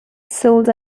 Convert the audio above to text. sold